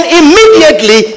immediately